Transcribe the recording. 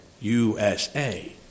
USA